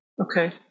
Okay